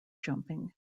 jumping